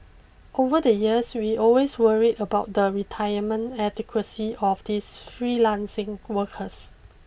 over the years we always worried about the retirement adequacy of these freelancing workers